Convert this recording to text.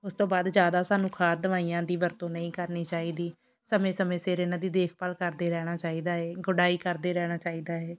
ਉਹ ਤੋਂ ਬਾਅਦ ਜ਼ਿਆਦਾ ਸਾਨੂੰ ਖਾਦ ਦਵਾਈਆਂ ਦਾ ਵਰਤੋਂ ਨਹੀ ਕਰਨੀ ਚਾਹੀਦੀ ਸਮੇਂ ਸਮੇਂ ਸਿਰ ਇਹਨਾਂ ਦੀ ਦੇਖਭਾਲ ਕਰਦੇ ਰਹਿਣਾ ਚਾਹੀਦਾ ਏ ਗੁ਼ਡਾਈ ਕਰਦੇ ਰਹਿਣਾ ਚਾਹੀਦਾ ਏ